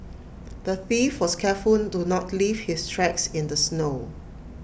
the thief was careful to not leave his tracks in the snow